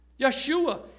Yeshua